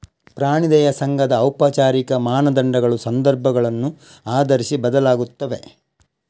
ಪ್ರಾಣಿ ದಯಾ ಸಂಘದ ಔಪಚಾರಿಕ ಮಾನದಂಡಗಳು ಸಂದರ್ಭಗಳನ್ನು ಆಧರಿಸಿ ಬದಲಾಗುತ್ತವೆ